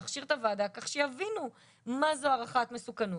להכשיר את הוועדה כך שיבינו מה זו הערכת מסוכנות.